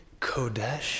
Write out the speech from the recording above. Kodesh